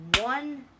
one